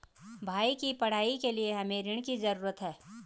भाई की पढ़ाई के लिए हमे ऋण की जरूरत है